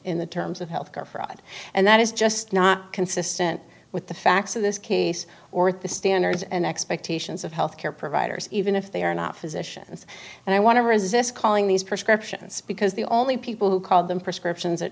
in the terms of health care fraud and that is just not consistent with the facts of this case or the standards and expectations of health care providers even if they are not physicians and i want to resist calling these prescriptions because the only people who called them prescriptions